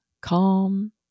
Calm